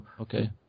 Okay